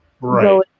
Right